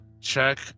check